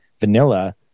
vanilla